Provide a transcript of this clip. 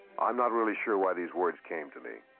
i'm not really sure why these words came to me.